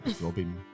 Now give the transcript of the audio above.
Robin